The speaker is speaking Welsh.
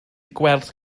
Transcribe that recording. gwell